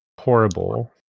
horrible